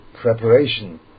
preparation